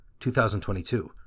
2022